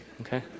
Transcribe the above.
okay